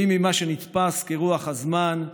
ואם ממה שנתפס כרוח הזמן,